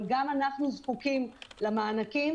אבל גם אנחנו זקוקים למענקים,